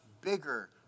bigger